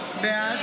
בעד